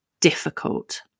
difficult